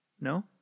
No